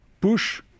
push